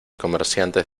comerciantes